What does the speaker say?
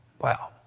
wow